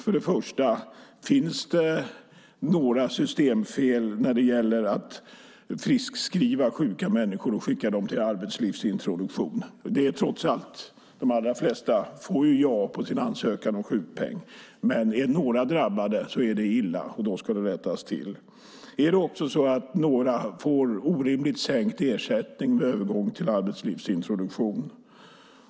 För det första: Finns det några systemfel när det gäller att friskskriva sjuka människor och skicka dem till arbetslivsintroduktion? Trots allt får de allra flesta ja på sin ansökan om sjukpenning. Men om några är drabbade är det illa, och då ska det rättas till. För det andra: Får några en orimligt stor sänkning av ersättningen vid övergång till arbetslivsintroduktion?